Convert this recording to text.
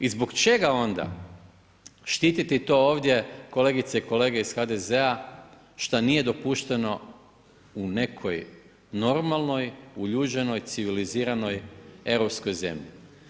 I zbog čega onda štititi to ovdje, kolegice i kolege iz HDZ-a šta nije dopušteno u nekoj normalnoj, uljuđenoj, civiliziranoj Europskoj zemlji?